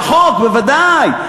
של החוק, בוודאי.